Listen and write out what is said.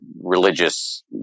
religious